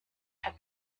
had